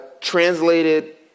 translated